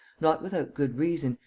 not without good reason,